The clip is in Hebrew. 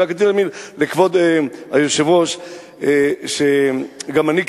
רציתי להגיד לכבוד היושב-ראש שגם אני,